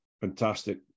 fantastic